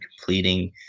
completing